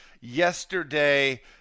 yesterday